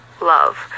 love